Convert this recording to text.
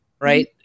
right